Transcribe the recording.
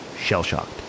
shell-shocked